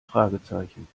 fragezeichen